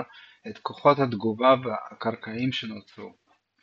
את כוחות התגובה הקרקעיים שנוצרו.